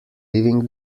living